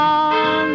on